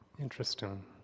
Interesting